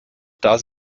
dass